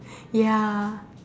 ya